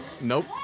Nope